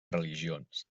religions